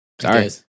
sorry